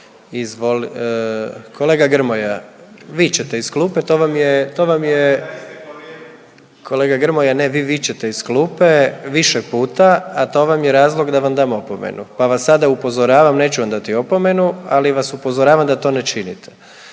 Kolega Grmoja ne vi vičete iz klupe više puta, a to vam je razlog da vam dam opomenu pa vas sada upozoravam, neću vam dati opomenu ali vas upozoravam da to ne činite,